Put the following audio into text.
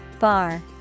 Bar